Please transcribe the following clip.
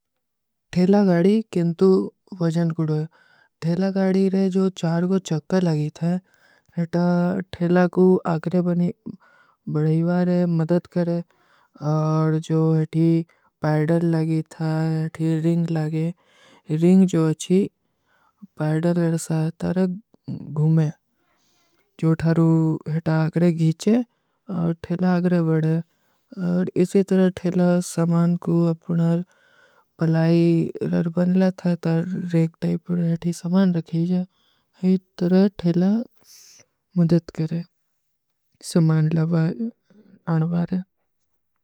ଠେଲା ଗାଡୀ କେଂଟୂ ଵଜନ କୁଡୋ ହୈ। ଠେଲା ଗାଡୀ ରେ ଜୋ ଚାରଗୋ ଚକ୍କର ଲଗୀ ଥା। ହେଟା ଠେଲା କୋ ଆଗରେ ବନୀ ବଢିଵାରେ ମଦଦ କରେ। ଔର ଜୋ ହେଟୀ ପୈଡର ଲଗୀ ଥା, ହେଟୀ ରିଂଗ ଲଗେ। ରିଂଗ ଜୋ ଅଚ୍ଛୀ ପୈଡର ଗରସା ହୈ ତାରେ ଘୁମେ। ଜୋ ଠାରୂ ହେଟା ଆଗରେ ଗୀଚେ, ଠେଲା ଆଗରେ ବଢେ। ଇସେ ତରହ ଠେଲା ସମାନ କୋ ଅପନା ପଲାଈରର ବନଲା ଥା, ତାରେ ଏକ ଟାଇପ ରେ ଥୀ ସମାନ ରଖେଜା। ହେଟୀ ତରହ ଠେଲା ମଦଦ କରେ। ସମାନ ଲଗା ଆଣଵାରେ।